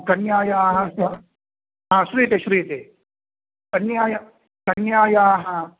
कन्यायाः स हा श्रूयते श्रूयते कन्याय कन्यायाः